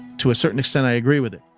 to a certain extent i agree with it.